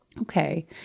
okay